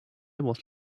was